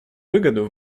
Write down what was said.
выгоду